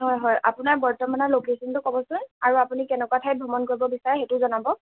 অঁ হয় আপোনাৰ বৰ্তমানৰ লোকেশ্যনটো ক'বচোন আৰু আপুনি কেনেকুৱা ঠাইত ভ্ৰমণ কৰিব বিচাৰে সেইটোও জনাব